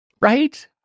Right